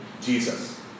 Jesus